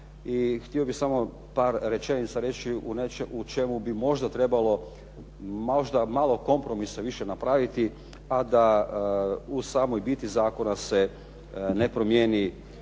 htio bih samo par rečenica reći u čemu bi možda trebalo, možda malo kompromisa više napraviti, a da u samoj biti zakona se ne promijeni